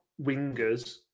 wingers